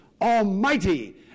almighty